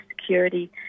security